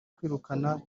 kwirukana